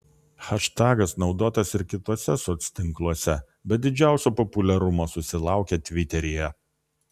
haštagas naudotas ir kituose soctinkluose bet didžiausio populiarumo susilaukė tviteryje